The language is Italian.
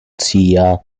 zia